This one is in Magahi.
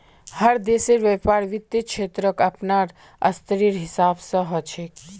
हर देशेर व्यापार वित्त क्षेत्रक अपनार स्तरेर हिसाब स ह छेक